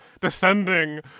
descending